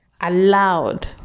allowed